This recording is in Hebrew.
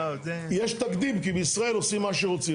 יש תקדים כי בישראל עושים מה שרוצים.